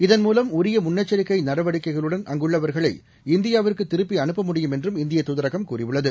இதன் உரியமுன்னெச்சரிக்கைநடவடிக்கைகளுடன் அங்குள்ளவர்களை மூலம் இந்தியாவிற்குதிருப்பிஅனுப்ப முடியும் என்றும் இந்திய துதரகம் கூறியுள்ளது